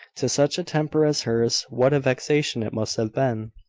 to such a temper as hers, what a vexation it must have been!